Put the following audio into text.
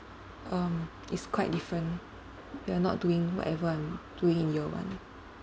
um it's quite different you're not doing whatever I'm doing in year one